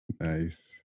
Nice